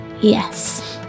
Yes